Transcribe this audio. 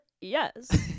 yes